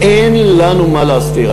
אין לנו מה להסתיר,